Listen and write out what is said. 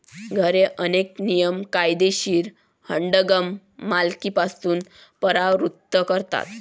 घरी, अनेक नियम कायदेशीर हँडगन मालकीपासून परावृत्त करतात